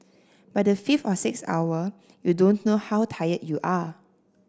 by the fifth or sixth hour you don't know how tired you are